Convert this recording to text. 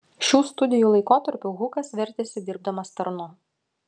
šių studijų laikotarpiu hukas vertėsi dirbdamas tarnu